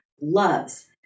loves